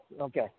Okay